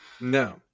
No